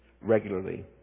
regularly